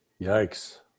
yikes